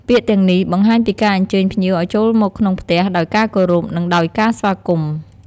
ពាក្យទាំងនេះ បង្ហាញពីការអញ្ជើញភ្ញៀវឲ្យចូលមកក្នុងផ្ទះដោយការគោរព និងដោយការស្វាគមន៍។